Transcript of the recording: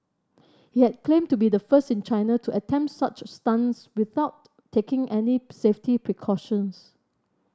he had claimed to be the first in China to attempt such stunts without taking any safety precautions